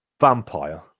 vampire